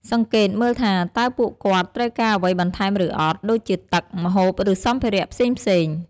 សង្កេតមើលថាតើពួកគាត់ត្រូវការអ្វីបន្ថែមឬអត់ ដូចជាទឹក ម្ហូប ឬសម្ភារៈផ្សេងៗ។